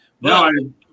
No